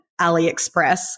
AliExpress